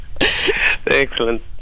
Excellent